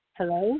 Hello